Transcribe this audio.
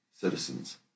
citizens